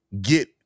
get